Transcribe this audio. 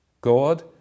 God